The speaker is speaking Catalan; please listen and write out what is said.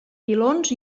pilons